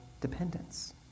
dependence